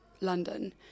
London